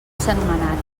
sentmenat